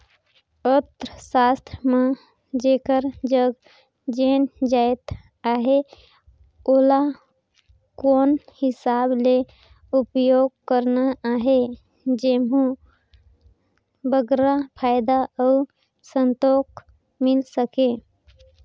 अर्थसास्त्र म जेकर जग जेन जाएत अहे ओला कोन हिसाब ले उपयोग करना अहे जेम्हो बगरा फयदा अउ संतोक मिल सके